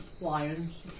Lions